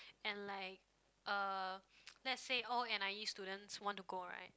and like uh let's say all n_i_e students want to go right